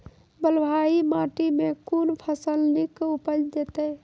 बलूआही माटि मे कून फसल नीक उपज देतै?